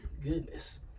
Goodness